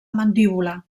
mandíbula